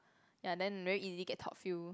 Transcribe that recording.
ya then very easy get top few